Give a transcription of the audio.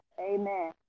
Amen